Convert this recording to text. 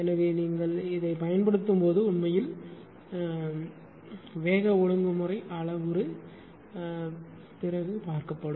எனவே நீங்கள் இதைப் பயன்படுத்தும் போது உண்மையில் அழைக்கப்படும் வேக ஒழுங்குமுறை அளவுரு பின்னர் பார்க்கப்படும்